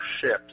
ships